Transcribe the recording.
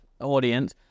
audience